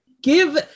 give